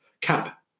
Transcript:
CAP